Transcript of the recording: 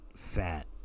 Fat